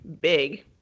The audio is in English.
big